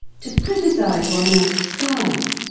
to criticise one another's style,